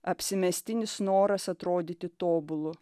apsimestinis noras atrodyti tobulu